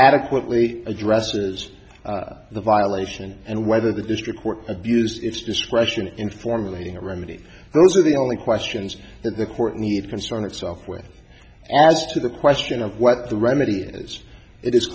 adequately addresses the violation and whether the district court abused its discretion in formulating a remedy those are the only questions that the court need concern itself with as to the question of what the remedy is it is